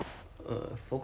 有有个